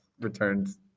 returns